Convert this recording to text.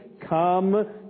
come